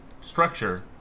structure